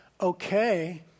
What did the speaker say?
okay